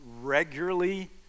regularly